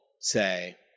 say